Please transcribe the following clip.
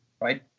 right